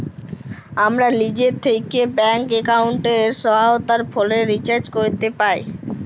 আমরা লিজে থ্যাকে ব্যাংক এক্কাউন্টের সহায়তায় ফোলের রিচাজ ক্যরতে পাই